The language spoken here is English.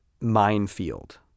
minefield